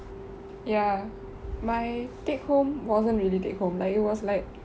ya my take home wasn't really take home lah it was like